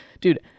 dude